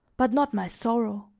but not my sorrow.